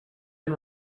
and